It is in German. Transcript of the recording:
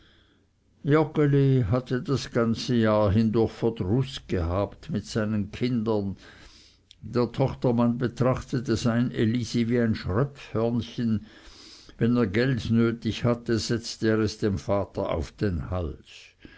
hatte das ganze jahr hindurch verdruß gehabt mit seinen kindern der tochtermann betrachtete sein elisi wie ein schröpfhörnchen wenn er geld nötig hatte setzte er es dem vater auf den hals